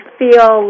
feel